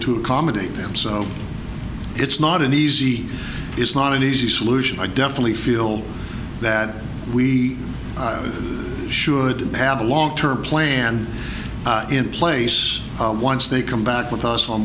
to accommodate them so it's not an easy it's not an easy solution i definitely feel that we should have a long term plan in place once they come back with us on